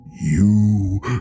You